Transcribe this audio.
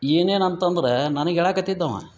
ಏನೇನಂತಂದ್ರ ನನಗೆ ಹೇಳಕ್ಕತ್ತಿದ್ದವಾ